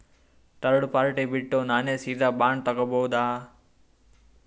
Third party ಬಿಟ್ಟು ನಾನೇ ಸೀದಾ ಬಾಂಡ್ ತೋಗೊಭೌದಾ?